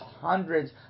hundreds